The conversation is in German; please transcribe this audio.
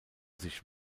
sich